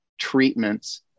treatments